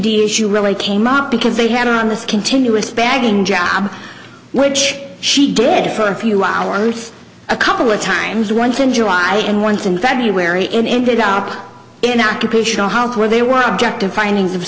issue really came out because they had on this continuous bagging job which she did for a few hours a couple of times once in july and once in february and ended up in occupational house where they were objective findings of